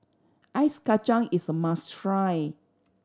Ice Kachang is a must try